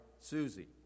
Susie